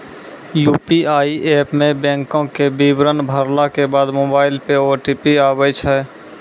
UPI app मे बैंको के विबरण भरला के बाद मोबाइल पे ओ.टी.पी आबै छै